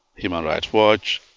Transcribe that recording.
human rights watch,